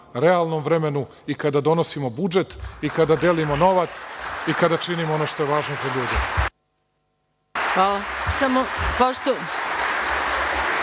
realnom vremenu i kada donosimo budžet i kada delimo novac i kada činimo ono što je važno za ljude.